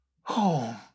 Home